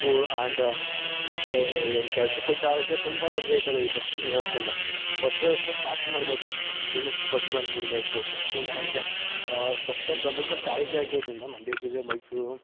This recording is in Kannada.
ಸ್ಕೂಲ್ ಆ್ಯಂಡ್ ಮತ್ತು ಏನು ಕೆಲ್ಸಕ್ಕೆ ಹೋಗ್ತವ್ರೆ ತುಂಬ ತೊಂದರೆ ಆಯ್ತದೆ ಈ ಬಸ್ ವ್ಯವಸ್ಥೆಯಿಂದ ಬಸ್ ವ್ಯವಸ್ಥೆ ಫಾಶ್ಟ್ ಮಾಡಬೇಕು ಇನ್ನಷ್ಟು ಬಸ್ಗಳನ್ನ ಬಿಡಬೇಕು ಬಸ್ಸಿಂದ ನಮಗೆ ಬಸ್ಸೇ ಪ್ರಮುಖ ಸಾರಿಗೆ ಆಗಿರೋದರಿಂದ ಮಂಡ್ಯ ಜಿಲ್ಲೆ ಮೈಸೂರು